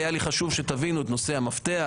היה לי חשוב שתבינו את נושא המפתח,